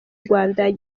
rwanda